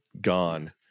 Gone